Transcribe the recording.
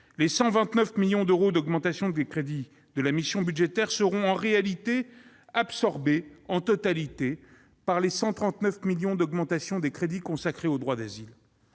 Les 129 millions d'euros d'augmentation des crédits de la mission budgétaire seront, en réalité, absorbés en totalité par les 139 millions d'euros d'augmentation des crédits consacrés au droit d'asile.